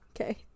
Okay